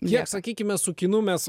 kiek sakykime su kinu mes